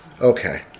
okay